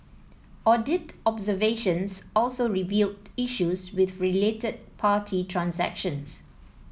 audit observations also revealed issues with related party transactions